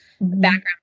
background